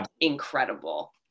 incredible